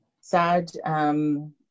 Sad